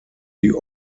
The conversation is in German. die